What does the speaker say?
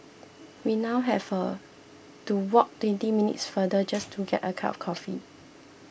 we now have a to walk twenty minutes farther just to get a cup of coffee